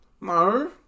No